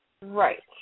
Right